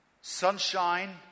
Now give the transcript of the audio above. Sunshine